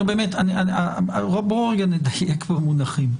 נו באמת, בואו רגע נדייק במונחים.